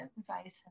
advice